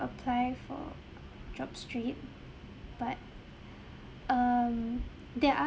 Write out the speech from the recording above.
apply for jobstreet but um there are